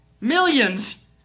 Millions